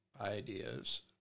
ideas